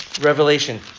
Revelation